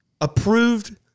approved